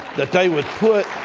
that they would put